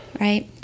Right